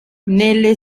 nelle